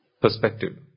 perspective